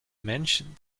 mentioned